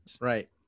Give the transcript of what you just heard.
Right